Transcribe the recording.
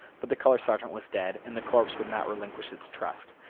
but the color sergeant was dead, and the corpse would not relinquish its trust.